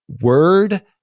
word